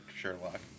Sherlock